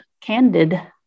Candid